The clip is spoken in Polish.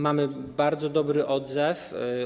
Mamy bardzo dobry odzew.